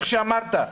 כמו שאמרת.